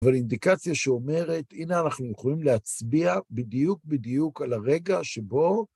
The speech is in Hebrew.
אבל אינדיקציה שאומרת, הנה אנחנו יכולים להצביע בדיוק בדיוק על הרגע שבו